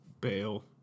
bail